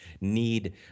need